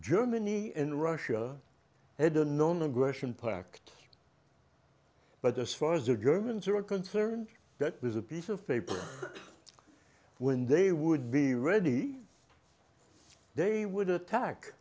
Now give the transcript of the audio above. germany and russia had a non aggression pact but as far as the germans are concerned that was a piece of paper when they would be ready they would attack